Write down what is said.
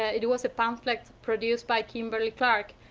ah it it was a pamphlet produced by kimberly-clark.